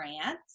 France